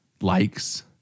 likes